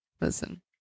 listen